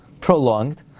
prolonged